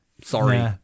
sorry